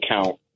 account